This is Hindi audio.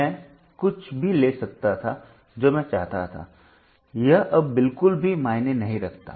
मैं और कुछ भी ले सकता था जो मैं चाहता था यह अब बिल्कुल भी मायने नहीं रखता